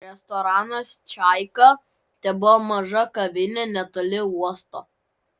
restoranas čaika tebuvo maža kavinė netoli uosto